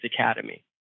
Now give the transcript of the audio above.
Academy